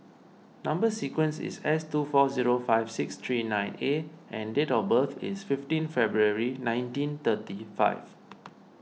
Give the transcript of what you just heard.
Number Sequence is S two four zero five six three nine A and date of birth is fifteen February nineteen thirty five